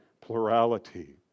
plurality